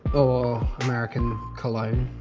or american cologne.